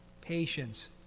patience